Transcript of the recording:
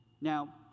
Now